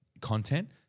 content